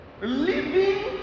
living